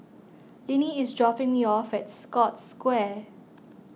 Linnie is dropping me off at Scotts Square